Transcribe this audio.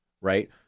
right